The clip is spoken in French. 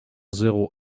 zéro